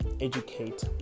educate